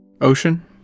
Ocean